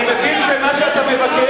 אני מבין שמה שאתה מבקש,